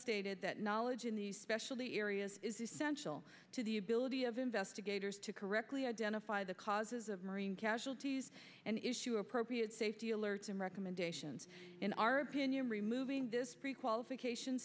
that knowledge in these specialty areas is essential to the ability of investigators to correctly identify the causes of marine casualties and issue appropriate safety alerts and recommendations in our opinion removing this prequalification